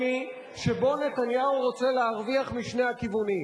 שבו נתניהו רוצה להרוויח משני הכיוונים,